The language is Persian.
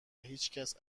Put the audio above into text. هیچکس